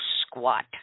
squat